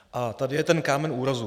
A tady je ten kámen úrazu.